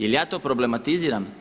Jel ja to problematiziram?